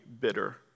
bitter